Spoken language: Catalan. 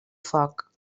foc